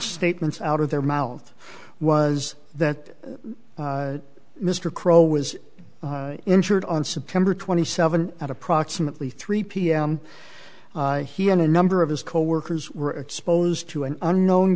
statements out of their mouth was that mr crow was injured on september twenty seventh at approximately three pm he and a number of his coworkers were exposed to an unknown